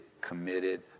committed